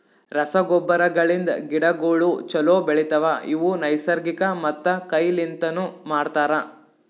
ರಸಗೊಬ್ಬರಗಳಿಂದ್ ಗಿಡಗೋಳು ಛಲೋ ಬೆಳಿತವ, ಇವು ನೈಸರ್ಗಿಕ ಮತ್ತ ಕೈ ಲಿಂತನು ಮಾಡ್ತರ